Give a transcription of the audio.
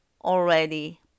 already